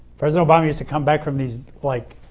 president obama used to come back from these, like,